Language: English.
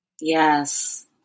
Yes